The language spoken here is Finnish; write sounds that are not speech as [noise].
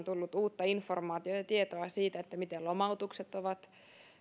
[unintelligible] tullut uutta informaatiota ja tietoa siitä miten lomautukset ovat